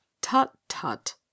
Tut-tut